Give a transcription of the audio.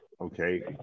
Okay